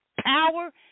Power